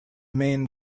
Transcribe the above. main